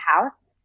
house